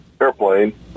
airplane